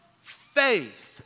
faith